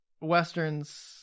Westerns –